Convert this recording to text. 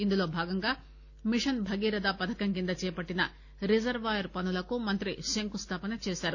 ఇందులో భాగంగా మిషస్ భగీరథ పథకం కింద చేపట్షిన రిజర్వాయర్ పనులను మంత్రి శంకుస్తాపన చేశారు